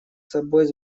собой